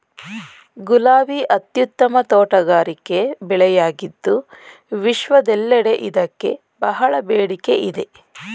ಗುಲಾಬಿ ಅತ್ಯುತ್ತಮ ತೋಟಗಾರಿಕೆ ಬೆಳೆಯಾಗಿದ್ದು ವಿಶ್ವದೆಲ್ಲೆಡೆ ಇದಕ್ಕೆ ಬಹಳ ಬೇಡಿಕೆ ಇದೆ